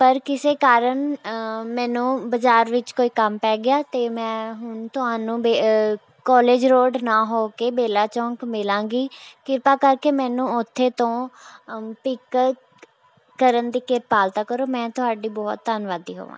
ਪਰ ਕਿਸੇ ਕਾਰਨ ਮੈਨੂੰ ਬਜ਼ਾਰ ਵਿੱਚ ਕੋਈ ਕੰਮ ਪੈ ਗਿਆ ਅਤੇ ਮੈਂ ਹੁਣ ਤੁਹਾਨੂੰ ਬੇ ਕੋਲਿਜ ਰੋਡ ਨਾ ਹੋ ਕੇ ਬੇਲਾ ਚੌਂਕ ਮਿਲਾਂਗੀ ਕਿਰਪਾ ਕਰਕੇ ਮੈਨੂੰ ਉੱਥੇ ਤੋਂ ਪਿੱਕ ਕਰਨ ਦੀ ਕ੍ਰਿਪਾਲਤਾ ਕਰੋ ਮੈਂ ਤੁਹਾਡੀ ਬਹੁਤ ਧੰਨਵਾਦੀ ਹੋਵਾਂਗੀ